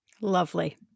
Lovely